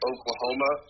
Oklahoma